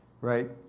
right